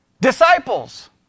Disciples